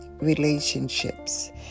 Relationships